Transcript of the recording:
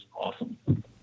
awesome